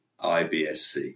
IBSC